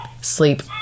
sleep